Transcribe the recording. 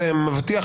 מבטיח,